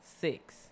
six